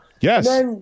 Yes